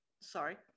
sorry